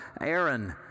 Aaron